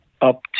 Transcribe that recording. up